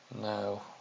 No